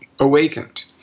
awakened